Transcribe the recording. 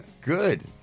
Good